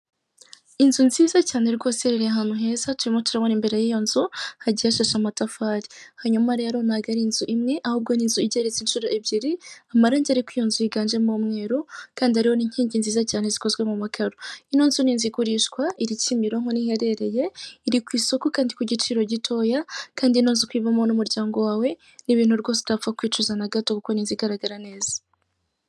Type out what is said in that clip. Inzu nziza cyane rwose iherereye ahantu heza turimo turabona imbere y'iyo nzu hagiye hashashe amatafari, hanyuma rero ntabwo ari inzu imwe ahubwo ni nzu igeretse inshuro ebyiri, amarange ari ku iyo nzu yiganjemo umweru kandi hariho ni inkingi nziza cyane zikozwe mu makaro. Ino nzu n'inzu igurishwa iri Kimironko niho iherereye iri ku isoko kandi ku giciro gitoya, kandi ino nzu kuyibamo wowe n'umuryango wawe ni ibintu rwose utapfa kwicuza na gato kuko ni inzu igaragara neza.